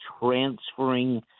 transferring